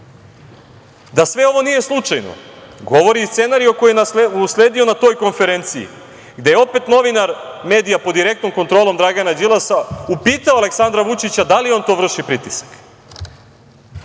Da sve ono nije slučajno govori i scenario koji je usledio na toj konferenciji gde je opet novinar medija pod direktnom kontrolom Dragana Đilasa upitao Aleksandra Vučića – da li on to vrši